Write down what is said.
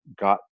got